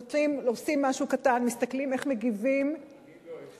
עושים משהו קטן, מסתכלים איך מגיבים, אני לא.